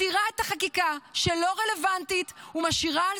מסירה את החקיקה שלא רלוונטית ומשאירה על